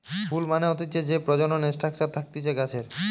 ফুল মানে হতিছে যে প্রজনন স্ট্রাকচার থাকতিছে গাছের